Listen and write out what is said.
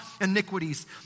iniquities